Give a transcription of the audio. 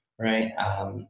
right